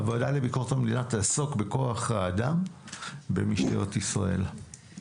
הוועדה לביקורת המדינה תעסוק בכוח האדם במשטרת ישראל.